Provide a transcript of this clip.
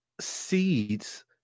seeds